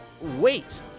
wait